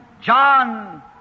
John